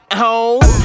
home